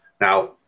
Now